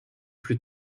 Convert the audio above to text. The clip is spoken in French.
plus